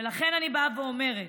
לכן אני באה ואומרת